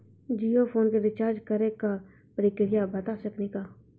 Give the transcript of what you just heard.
Jio phone के recharge करे के का प्रक्रिया बता साकिनी का?